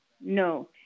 No